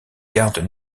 gardes